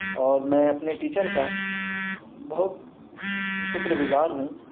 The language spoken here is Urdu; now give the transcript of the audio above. اور میں اپنے ٹیچر کا بہت شکر گزار ہوں